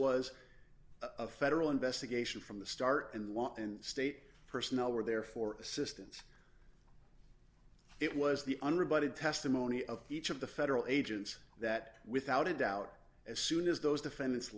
was a federal investigation from the start and want and state personnel were there for assistance it was the underbody testimony of each of the federal agents that without a doubt as soon as those defendants